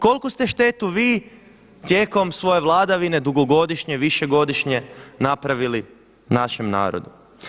Koliku ste štetu vi tijekom svoje vladavine dugogodišnje, više godišnje, napravili našem narodu.